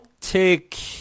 take